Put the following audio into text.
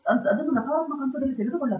ಅದು ನಕಾರಾತ್ಮಕ ಹಂತದಲ್ಲಿ ತೆಗೆದುಕೊಳ್ಳಬಾರದು